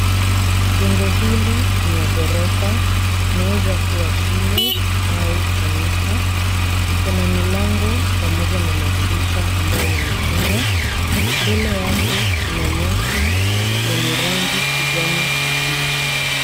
Jengo hili ni ya ghorofa. Inaweza kuwa shule au kanisa. Iko na milango pamoja na madirisha ambayo yamefungwa. Mbele yake kuna nyasi lenye rangi kijani kibichi.